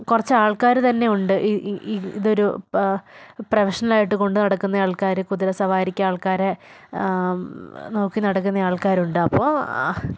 കുറച്ച് ആൾക്കാർ തന്നെ ഉണ്ട് ഇതൊരു പ്രൊഫഷണലായിട്ട് കൊണ്ടുനടക്കുന്ന ആൾക്കാർ കുതിര സവാരിക്കാൾക്കാരെ നോക്കി നടക്കുന്ന ആൾക്കാരുണ്ട് അപ്പോൾ